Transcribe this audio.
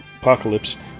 Apocalypse